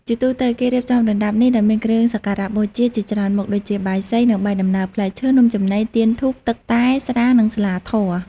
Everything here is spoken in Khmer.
ជាទូទៅ គេរៀបចំរណ្តាប់នេះដោយមានគ្រឿងសក្ការៈបូជាជាច្រើនមុខដូចជា បាយសី និងបាយដំណើប ផ្លែឈើ នំចំណី ទៀន ធូប ទឹកតែ ស្រា និងស្លាធម៌។